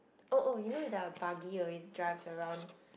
oh oh you know there are buggy always drives around